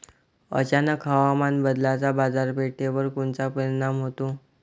अचानक हवामान बदलाचा बाजारपेठेवर कोनचा परिणाम होतो?